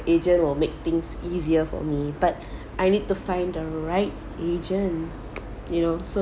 agent will make things easier for me but I need to find the right agent you know so